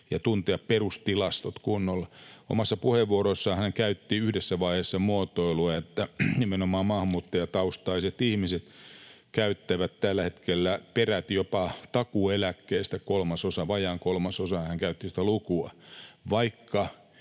ja tuntea perustilastot kunnolla. Omassa puheenvuorossaan hän käytti yhdessä vaiheessa muotoilua, että nimenomaan maahanmuuttajataustaiset ihmiset käyttävät tällä hetkellä jopa takuueläkkeestä peräti kolmasosan — vajaan kolmasosan, hän käytti sitä lukua